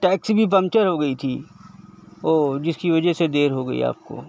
taxi بھی puncture ہو گئی تھی او جس کی وجہ سے دیر ہوگئی آپ کو